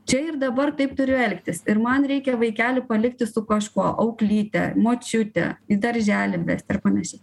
čia ir dabar taip turiu elgtis ir man reikia vaikelį palikti su kažkuo auklyte močiute į darželį vesti ar panašiai